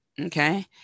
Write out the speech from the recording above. Okay